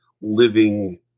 living